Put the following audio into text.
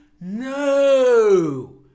No